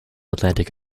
atlantic